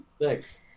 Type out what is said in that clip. thanks